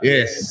Yes